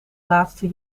laatste